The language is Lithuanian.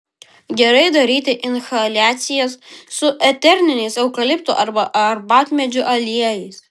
gerai daryti inhaliacijas su eteriniais eukaliptų arba arbatmedžių aliejais